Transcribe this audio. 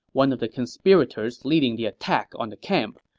one of the conspirators leading the attack on the camp.